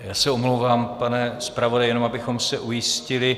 Já se omlouvám, pane zpravodaji, jenom abychom se ujistili.